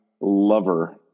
lover